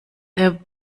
they